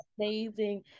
amazing